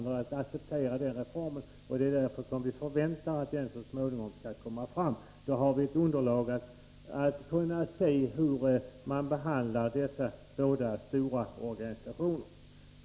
Därför väntar vi att en sådan översikt så småningom skall komma fram. Då har vi ett underlag för att se hur man skall behandla dessa stora organisationer.